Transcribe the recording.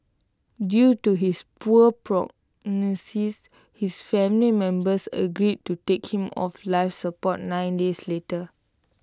due to his poor prognosis his family members agreed to take him off life support nine days later